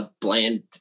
bland